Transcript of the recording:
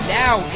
now